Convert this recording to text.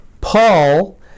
Paul